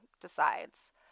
decides